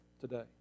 today